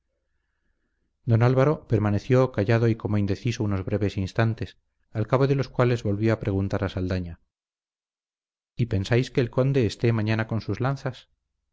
don álvaro permaneció callado y como indeciso unos breves instantes al cabo de los cuales volvió a preguntar a saldaña y pensáis que el conde esté mañana con sus lanzas